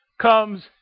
comes